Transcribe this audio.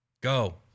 Go